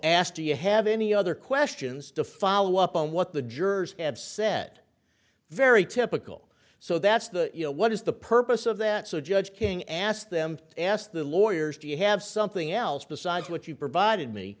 do you have any other questions to follow up on what the jurors have said very typical so that's the you know what is the purpose of that so judge king asked them asked the lawyers do you have something else besides what you provided me